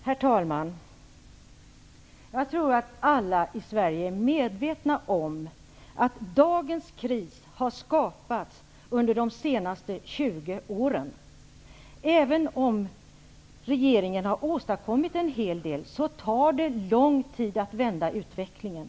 Herr talman! Jag tror att alla i Sverige är medvetna om att dagens kris har skapats under de senaste 20 åren. Även om regeringen har åstadkommit en hel del, tar det lång tid att vända utvecklingen.